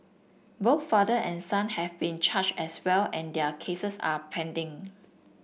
both father and son have been charged as well and their cases are pending